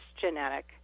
genetic